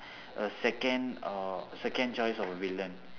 s second uh second choice of villain